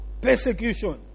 persecution